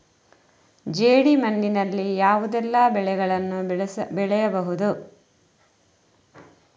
ಜೇಡಿ ಮಣ್ಣಿನಲ್ಲಿ ಯಾವುದೆಲ್ಲ ಬೆಳೆಗಳನ್ನು ಬೆಳೆಯಬಹುದು?